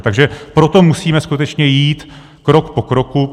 Takže proto musíme skutečně jít krok po kroku.